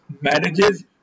marriages